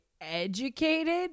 educated